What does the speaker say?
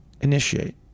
Initiate